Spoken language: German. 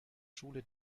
schule